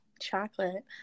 chocolate